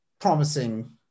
promising